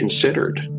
considered